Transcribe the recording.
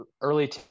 early